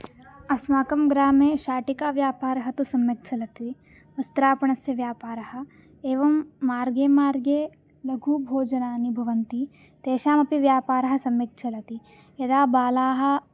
अस्माकं ग्रामे शाटिकाव्यापारः तु सम्यक् चलति वस्त्रापणस्य व्यापारः एवं मार्गे मार्गे लघु भोजनानि भवन्ति तेषामपि व्यापारः सम्यक् चलति यदा बालाः